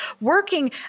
working